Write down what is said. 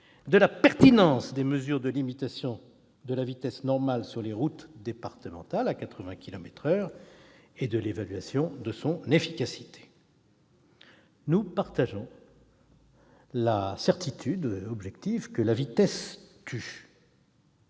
de la pertinence des mesures de limitation de la vitesse normale sur les routes départementales à 80 kilomètres par heure et de l'évaluation de son efficacité. Nous partageons la certitude objective que la vitesse tue.